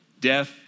death